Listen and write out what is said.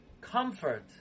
comfort